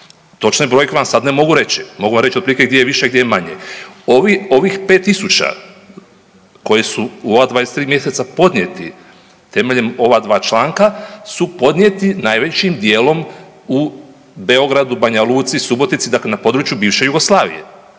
Točne brojke vam sad ne mogu reći, ali mogu vam reći otprilike gdje je više a gdje je manje. Ovih 5000 koji su u ova 23 mjeseca podnijeti temeljem ova dva članka su podnijeti najvećim djelom u Beogradu, Banja Luci, Subotici, dakle na području bivše Jugoslavije.